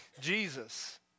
Jesus